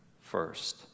first